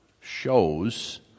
shows